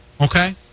Okay